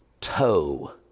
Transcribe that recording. toe